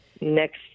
next